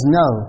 no